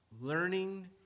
learning